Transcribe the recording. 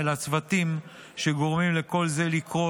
ולצוותים שגורמים לכל זה לקרות,